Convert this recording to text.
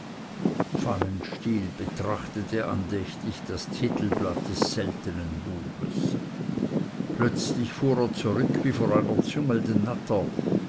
pfannenstiel betrachtete andächtig das titelblatt des seltenen buches plötzlich fuhr er zurück wie vor einer züngelnden natter